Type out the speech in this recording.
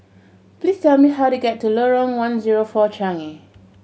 please tell me how to get to Lorong One Zero Four Changi